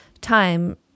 time